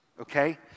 okay